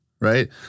Right